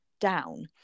down